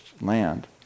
land